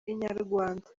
inyarwanda